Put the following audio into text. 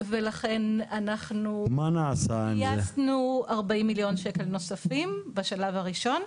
ולכן אנחנו גייסנו 40 מיליון שקלים נוספים בשלב הראשון.